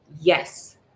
yes